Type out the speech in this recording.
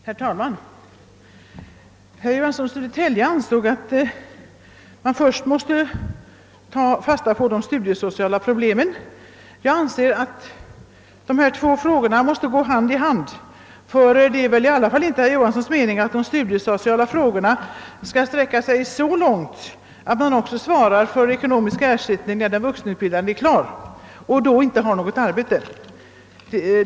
Herr talman! Herr Johansson i Södertälje ansåg att man först måste ta fasta på de studiesociala problemen. Jag anser att dessa två frågor måste gå hand i hand. Det är väl ändå inte herr Johanssons mening att de studiesociala frågorna skall sträcka sig så långt att man också svarar för ekonomisk ersättning när den vuxenutbildade är klar men inte har något arbete.